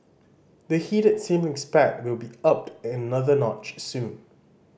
the heated sibling spat will be upped another notch soon